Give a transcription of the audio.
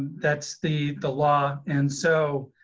that's the the law. and so